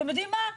אתם יודעים מה?